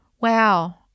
wow